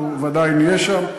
אנחנו ודאי נהיה שם.